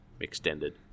extended